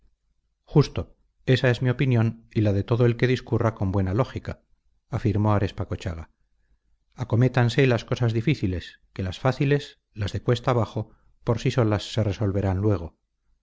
justo ésa es mi opinión y la de todo el que discurra con buena lógica afirmó arespacochaga acométanse las cosas difíciles que las fáciles las de cuesta abajo por sí solas se resolverán luego